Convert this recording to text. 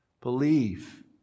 Believe